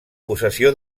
possessió